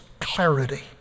clarity